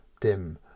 dim